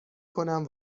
کنم